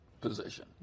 position